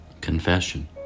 Confession